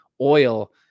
oil